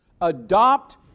Adopt